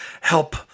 help